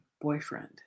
boyfriend